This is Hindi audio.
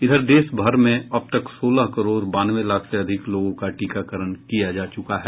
इधर देश भर में अब तक सोलह करोड़ बानवे लाख से अधिक लोगों का टीकाकरण किया जा चुका है